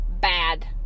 bad